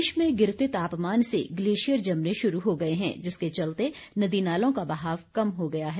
प्रदेश में गिरते तापमान से ग्लेशियर जमने शुरू हो गये हैं जिसके चलते नदी नालों का बहाव कम हो गया है